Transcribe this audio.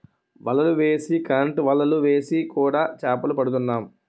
వలలు వేసి కరెంటు వలలు వేసి కూడా చేపలు పడుతున్నాం